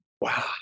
wow